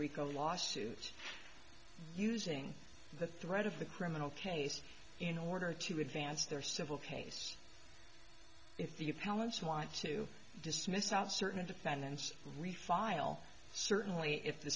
rico lawsuit using the threat of the criminal case in order to advance their civil case if you tell us who want to dismiss out certain defendants refile certainly